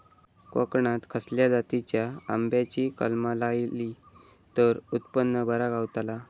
कोकणात खसल्या जातीच्या आंब्याची कलमा लायली तर उत्पन बरा गावताला?